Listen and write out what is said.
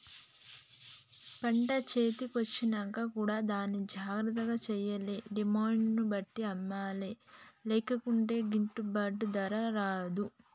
పంట చేతి కొచ్చినంక కూడా దాన్ని జాగ్రత్త చేయాలే డిమాండ్ ను బట్టి అమ్మలే లేకుంటే గిట్టుబాటు ధర రాదు